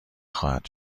خواهد